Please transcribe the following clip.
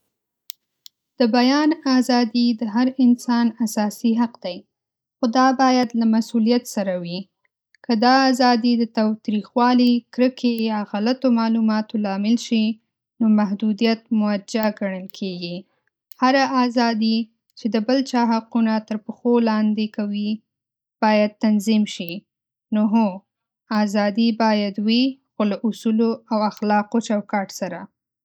د بیان ازادي د هر انسان اساسي حق دی، خو دا باید له مسؤلیت سره وي. که دا ازادي د تاوتریخوالي، کرکې یا غلطو معلوماتو لامل شي، نو محدودیت موجه ګڼل کېږي. هره ازادي چې د بل چا حقونه تر پښو لاندې کوي، باید تنظیم شي. نو هو، ازادي باید وي، خو له اصولو او اخلاقي چوکاټ سره.